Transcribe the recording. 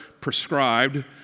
prescribed